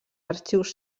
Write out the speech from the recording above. arxius